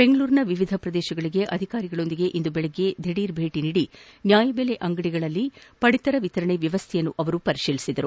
ಬೆಂಗಳೂರಿನ ವಿವಿಧ ಪ್ರದೇಶಗಳಿಗೆ ಅಧಿಕಾರಿಗಳೊಂದಿಗೆ ಇಂದು ಬೆಳಗ್ಗೆ ದಿಢೀರ್ ಭೇಟಿ ನೀಡಿ ನ್ಕಾಯಬೆಲೆ ಅಂಗಡಿಗಳಲ್ಲಿನ ಪಡಿತರ ವಿತರಣಾ ವ್ಯವಸ್ಥೆಯನ್ನು ಅವರು ಪರಿಶೀಲಿಸಿದರು